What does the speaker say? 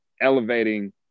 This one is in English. elevating